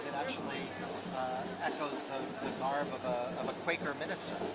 actually echos the garb of um a quaker minister.